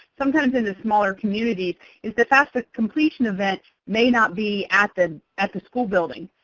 sometimes in the smaller communities is the fafsa completion event may not be at the at the school building.